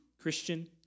Christian